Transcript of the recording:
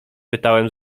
pytałem